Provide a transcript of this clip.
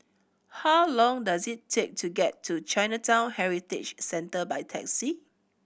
how long does it take to get to Chinatown Heritage Centre by taxi